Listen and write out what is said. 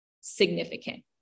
significant